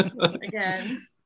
again